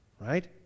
Right